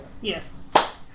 Yes